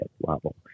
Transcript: level